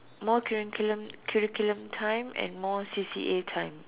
more curriculum curriculum time and more C_C_A time